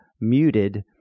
muted